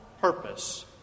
purpose